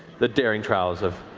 the daring trials of,